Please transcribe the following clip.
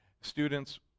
Students